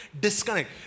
disconnect